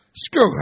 Screw